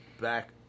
back